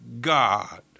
God